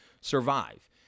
survive